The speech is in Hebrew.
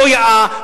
לא יאה,